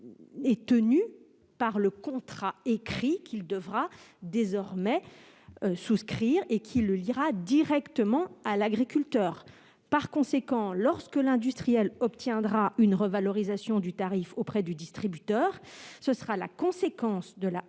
est tenu par le contrat écrit qu'il devra désormais souscrire et qui le liera directement à l'agriculteur. Lorsqu'il obtiendra une revalorisation du tarif auprès du distributeur, celle-ci découlera de la